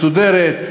מסודרת,